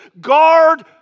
guard